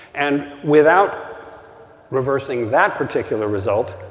and without reversing that particular result,